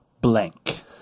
Blank